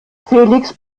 felix